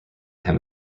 him